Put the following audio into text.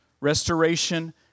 Restoration